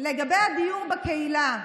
לגבי הדיור בקהילה,